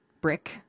brick